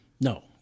No